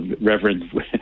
reverend